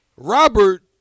Robert